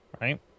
right